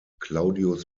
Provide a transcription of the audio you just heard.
claudius